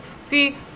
See